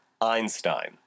Einstein